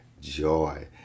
joy